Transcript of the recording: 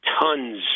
tons